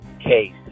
case